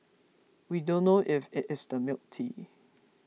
we don't know if it is the milk tea